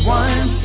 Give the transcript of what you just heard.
one